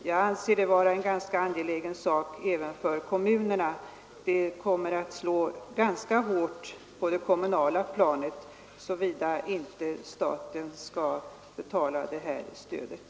Jag anser detta vara en ganska angelägen sak även för kommunerna — det kommer att slå rätt hårt på det kommunala planet såvida inte staten betalar stödet.